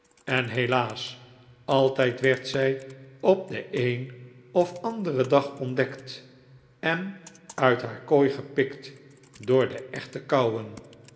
en helaas altijd werd zij op den een of anderen dag ontdekt en uit haar kooi gepikt door de echte kauwen